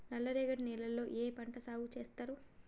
నల్లరేగడి నేలల్లో ఏ పంట సాగు చేస్తారు?